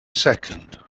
second